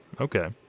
Okay